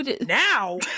Now